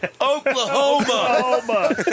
Oklahoma